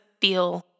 feel